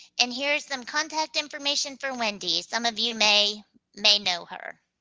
and here's some contact information for wendy. some of you may may know her.